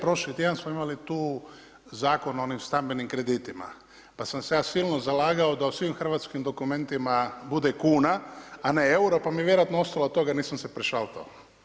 Prošli tjedan smo imali tu Zakon o stambenim kreditima, pa sam se ja silno zalagao da u svim hrvatskim dokumentima bude kuna, a ne euro pa mi je vjerojatno ostalo od toga i nisam se prešaltao.